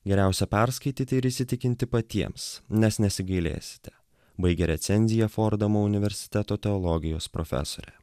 geriausia perskaityti ir įsitikinti patiems nes nesigailėsite baigia recenziją fordamo universiteto teologijos profesorė